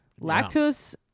Lactose